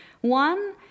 One